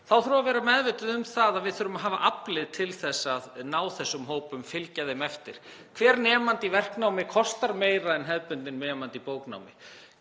þurfum að vera meðvituð um það að við þurfum að hafa aflið til að ná þessum hópum og fylgja þeim eftir. Hver nemandi í verknámi kostar meira en hefðbundinn nemandi í bóknámi.